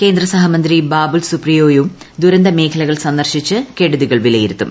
കേന്ദ്ര സഹമന്ത്രി ബാബുൾ സുപ്രിയോയും ദുരന്തമേഖലകൾ സന്ദർശിച്ച് കെടുതികൾ വിലയിരുത്തും